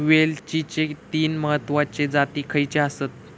वेलचीचे तीन महत्वाचे जाती खयचे आसत?